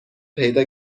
پیدا